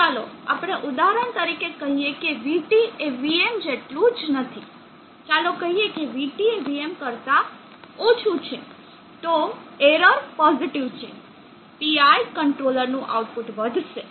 તો ચાલો આપણે ઉદાહરણ તરીકે કહીએ કે vT એ vm જેટલું જ નથી ચાલો કહીએ કે vT એ vm કરતા ઓછી છે તો એરર પોઝિટીવ છે PI કંટ્રોલર નું આઉટપુટ વધશે